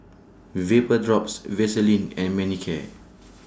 Vapodrops Vaselin and Manicare